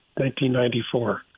1994